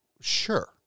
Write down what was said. sure